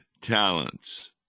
talents